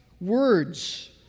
Words